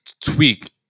tweak